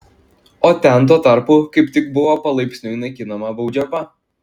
o ten tuo tarpu kaip tik buvo palaipsniui naikinama baudžiava